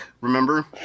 remember